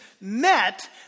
met